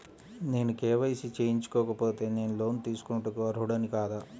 నేను కే.వై.సి చేయించుకోకపోతే నేను లోన్ తీసుకొనుటకు అర్హుడని కాదా?